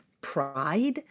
pride